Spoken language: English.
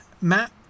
Matt